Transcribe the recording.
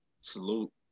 Salute